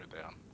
down